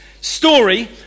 story